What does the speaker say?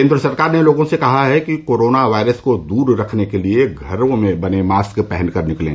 केन्द्र सरकार ने लोगों से कहा है कि कोरोना वायरस को दूर रखने के लिए घर में बने मास्क पहनकर निकलें